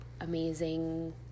amazing